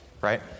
right